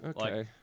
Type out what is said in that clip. Okay